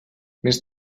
més